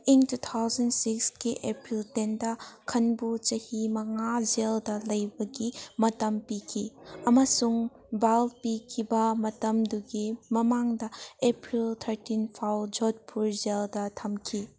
ꯏꯪ two thousand ꯁꯤꯛꯁꯀꯤ April ꯇꯦꯟꯗ ꯈꯟꯕꯨ ꯆꯍꯤ ꯃꯉꯥ ꯖꯦꯜꯗ ꯂꯩꯕꯒꯤ ꯃꯇꯝ ꯄꯤꯈꯤ ꯑꯃꯁꯨꯡ ꯕꯥꯜ ꯄꯤꯈꯤꯕ ꯃꯇꯝꯗꯨꯒꯤ ꯃꯃꯥꯡꯗ ꯑꯦꯄ꯭ꯔꯤꯜ ꯊꯔꯇꯤꯟ ꯐꯥꯎ ꯍꯣꯗꯄꯨ ꯖꯦꯜꯗ ꯊꯝꯈꯤ